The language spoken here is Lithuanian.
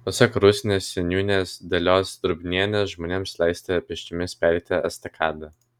pasak rusnės seniūnės dalios drobnienės žmonėms leista pėsčiomis pereiti estakadą